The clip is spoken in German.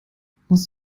musstest